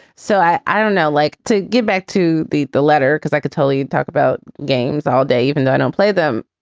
so i i don't know, like to give back to be the letter because i could tell you talk about games all day, even though i don't play them.